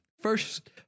First